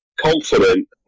confident